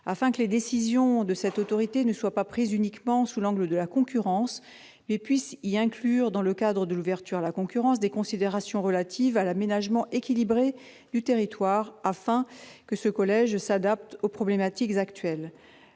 afin que les décisions de cette autorité ne soient pas prises uniquement sous l'angle de la concurrence, mais puissent inclure, dans le cadre de l'ouverture à la concurrence, des considérations relatives à l'aménagement équilibré du territoire pour que ce collègue s'adapte aux problématiques actuelles.